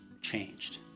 changed